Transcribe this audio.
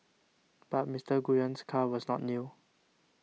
but Mister Nguyen's car was not new